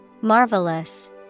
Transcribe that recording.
Marvelous